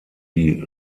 die